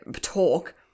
talk